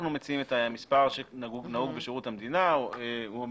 אנחנו מציעים את המספר שנהוג בשירות המדינה והוא שמונה,